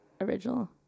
original